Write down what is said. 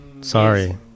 sorry